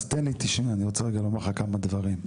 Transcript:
אז תשמע, אני רוצה רגע לומר לך כמה דברים.